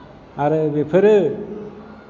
आरो बेफोरो